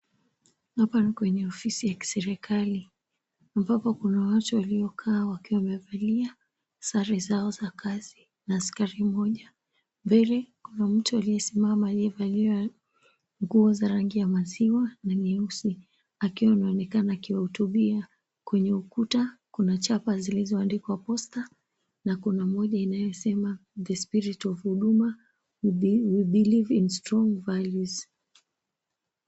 Hapa ni kwenye ofisi ya kiserikali ambapo kuna watu waliokaa wakiwa wamevalia sare zao za kazi na askari mmoja. Mbele kuna mtu aliyesimama aliyevalia nguo za rangi ya maziwa na nyeusi akiwa anaonekana akiwahutubia. Kwenye ukuta kuna chapa zilizoandikwa Posta na kuna moja inayosema, The Spirit of Huduma We Believe in Strong Values.